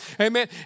Amen